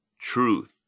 truth